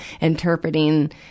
interpreting